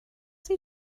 sie